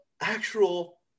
actual